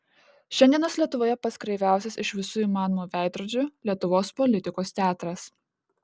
šiandienos lietuvoje pats kreiviausias iš visų įmanomų veidrodžių lietuvos politikos teatras